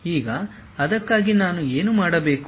ಈಗ ಅದಕ್ಕಾಗಿ ನಾನು ಏನು ಮಾಡಬೇಕು